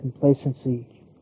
complacency